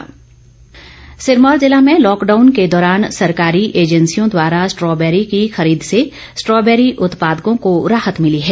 strawberry Sirmaur जिला में lockdown के दौरान सरकारी एजेंसियों द्वारा स्ट्रॉबेरी की खरीद से स्ट्रॉबेरी उत्पादकों को राहत भिली है